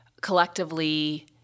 collectively